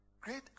great